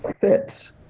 fits